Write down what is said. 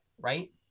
right